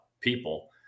people